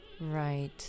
Right